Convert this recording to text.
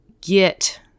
get